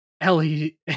Ellie